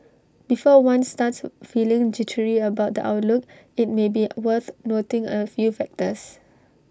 before one starts feeling jittery about the outlook IT may be worth noting A few factors